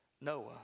Noah